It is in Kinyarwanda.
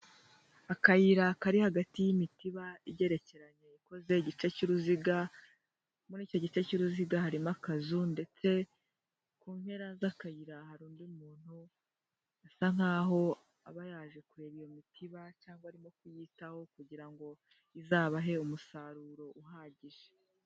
Akayira kari hagati y'imitiba igerekeranye ikoze igice cy'uruziga, muri icyo gice cy'uruziga harimo akazu, ndetse ku mpera z'akayira hari undi muntu asa nk'aho aba yaje kureba iyo mitiba cyangwa arimo kuyitaho kugira ngo izabahe umusaruro uhagije.